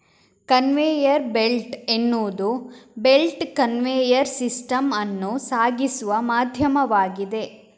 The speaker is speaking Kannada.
ಕನ್ವೇಯರ್ ಬೆಲ್ಟ್ ಎನ್ನುವುದು ಬೆಲ್ಟ್ ಕನ್ವೇಯರ್ ಸಿಸ್ಟಮ್ ಅನ್ನು ಸಾಗಿಸುವ ಮಾಧ್ಯಮವಾಗಿದೆ